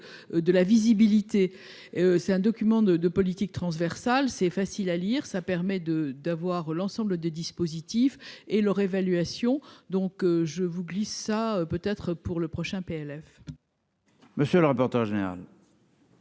de la visibilité, c'est un document de politique transversale, c'est facile à lire, ça permet de d'avoir l'ensemble des dispositifs et leur évaluation, donc je vous glisse, ça peut être pour le prochain PLF.